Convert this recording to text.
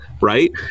right